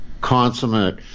consummate